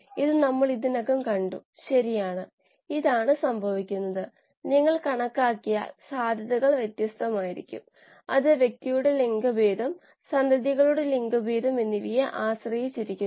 ആവശ്യമുള്ള തണുപ്പിക്കൽ നിരക്ക് ലഭിക്കുന്നതിന് കൂളിംഗ് കോയിലുകൾ രൂപകൽപ്പന ചെയ്യാൻ ഇത് നമ്മളെ സഹായിക്കും